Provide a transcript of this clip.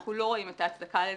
אנחנו לא רואים את ההצדקה לזה.